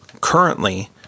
currently